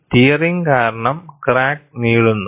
tearing കാരണം crack നീളുന്നു